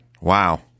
Wow